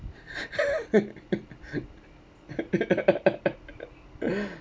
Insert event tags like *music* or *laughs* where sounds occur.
*laughs*